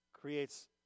Creates